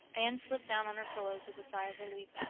anne slipped down on her pillows with a sigh of relief.